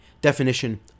definition